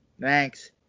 Thanks